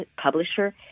publisher